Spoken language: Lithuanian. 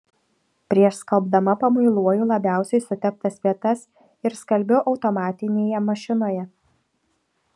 prieš skalbdama pamuiluoju labiausiai suteptas vietas ir skalbiu automatinėje mašinoje